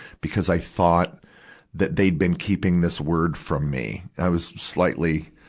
because i thought that they'd been keeping this word from me. i was slightly,